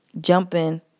jumping